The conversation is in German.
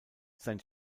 sein